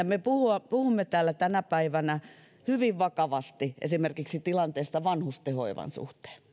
me puhumme puhumme täällä tänä päivänä hyvin vakavasti esimerkiksi tilanteesta vanhusten hoivan suhteen